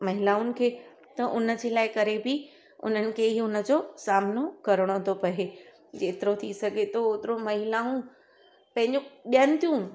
महिलाउनि खे त उनजे लाइ करे बि उन्हनि खे ई उनजो सामनो करणो थो पए जेतिरो थी सघे थो ओतिरो महिलाऊं पंहिंजो ॾियनि थियूं